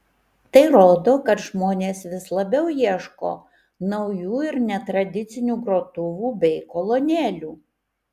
tai rodo kad žmonės vis labiau ieško naujų ir netradicinių grotuvų bei kolonėlių